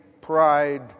pride